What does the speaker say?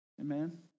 Amen